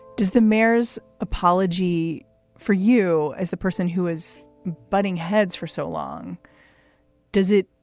does the mayor's apology for you as the person who is butting heads for so long does it?